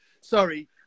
Sorry